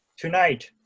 tonight,